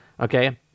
Okay